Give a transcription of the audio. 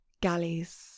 galleys